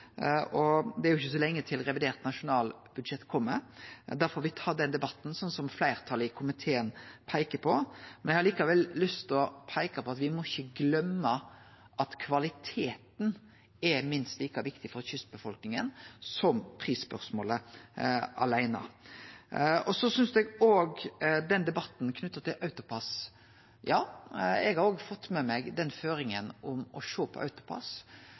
og det er jo ikkje så lenge til revidert nasjonalbudsjett kjem. Da får me ta den debatten, slik som fleirtalet i komiteen peikar på. Likevel har eg lyst til å peike på at me ikkje må gløyme at for kystbefolkninga er kvaliteten minst like viktig som prisspørsmålet aleine. Når det gjeld debatten knytt til AutoPASS: Ja, eg har òg fått med meg den føringa om å sjå på